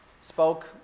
spoke